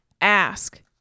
Ask